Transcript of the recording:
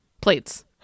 plates